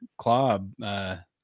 clob